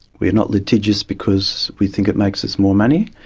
we are not litigious because we think it makes us more money,